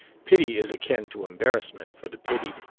pity is akin to embarrassment, for the pitied.